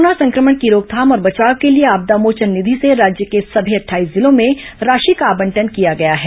corona संक्रमण की रोकथाम और बचाव के लिए आपदा मोचन निधि से राज्य के सभी अट्ठाईस जिलों में राशि का आवंटन किया गया है